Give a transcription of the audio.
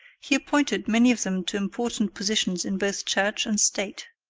he appointed many of them to important positions in both church and state.